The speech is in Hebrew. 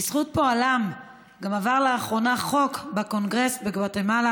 בזכות פועלה גם עבר לאחרונה חוק בקונגרס בגואטמלה